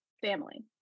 family